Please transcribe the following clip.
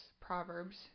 Proverbs